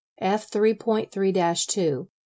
F3.3-2